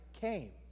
came